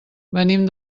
venim